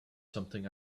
something